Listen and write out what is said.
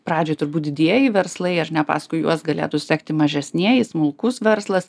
pradžiai turbūt didieji verslai ar ne paskui juos galėtų sekti mažesnieji smulkus verslas